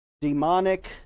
demonic